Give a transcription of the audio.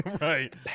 Right